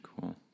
Cool